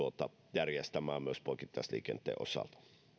järjestämään myös poikittaisliikenteen osalta